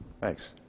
thanks